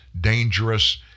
dangerous